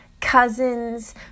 cousins